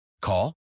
Call